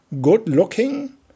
good-looking